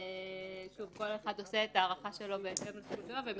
כל אחד עושה את הערכת הסיכון בהתאם --- והם